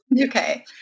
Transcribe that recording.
Okay